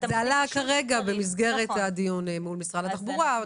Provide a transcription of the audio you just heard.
זה עלה כרגע במסגרת הדיון מול משרד התחבורה.